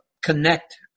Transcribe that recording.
connect